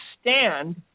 stand